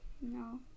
no